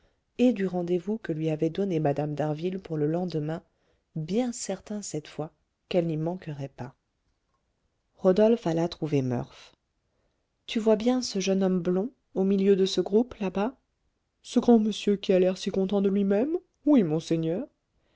et du rendez-vous que lui avait donné mme d'harville pour le lendemain bien certain cette fois qu'elle n'y manquerait pas rodolphe alla trouver murph tu vois bien ce jeune homme blond au milieu de ce groupe là-bas ce grand monsieur qui a l'air si content de lui-même oui monseigneur